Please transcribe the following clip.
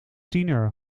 tiener